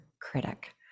critic